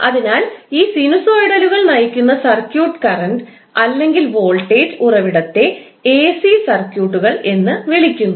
അതിനാൽ ഈ സിനുസോയ്ഡലുകൾ നയിക്കുന്ന സർക്യൂട്ട് കറൻറ് അല്ലെങ്കിൽ വോൾട്ടേജ് ഉറവിടത്തെ എസി സർക്യൂട്ടുകൾ എന്ന് വിളിക്കുന്നു